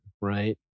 right